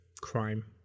crime